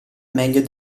meglio